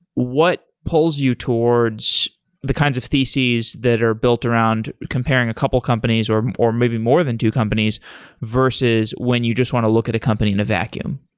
what pulls you towards the kinds of theses that are built around comparing a couple companies or or maybe more than two companies versus when you just want to look at a company in a vacuum?